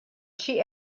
she